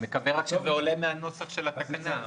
אני מקווה שזה עולה מן הנוסח של התקנות.